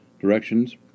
Directions